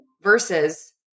versus